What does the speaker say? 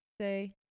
say